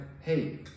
hey